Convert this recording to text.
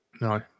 No